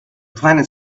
planet